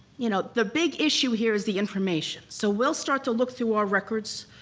you know the big issue here is the information. so we'll start to look through our records,